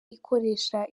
ikoresha